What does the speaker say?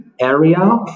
area